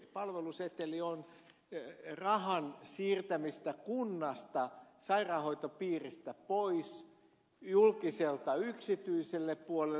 palveluseteli on rahan siirtämistä kunnasta sairaanhoitopiiristä pois julkiselta yksityiselle puolelle